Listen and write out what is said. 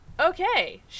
okay